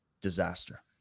disaster